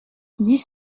dix